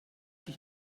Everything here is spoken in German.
dich